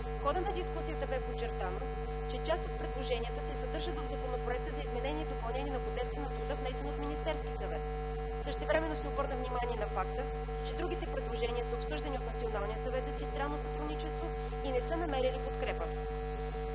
хода на дискусията бе подчертано, че част от предложенията се съдържат в Законопроекта за изменение и допълнение на Кодекса на труда, внесен от Министерския съвет. Същевременно се обърна внимание на факта, че другите предложения са обсъждани от Националния съвет за тристранно сътрудничество и не са намерили подкрепа.